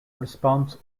response